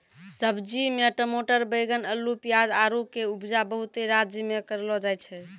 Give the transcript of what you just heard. सब्जी मे टमाटर बैगन अल्लू पियाज आरु के उपजा बहुते राज्य मे करलो जाय छै